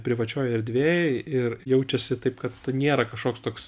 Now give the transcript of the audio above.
privačioj erdvėj ir jaučiasi taip kad nėra kažkoks toks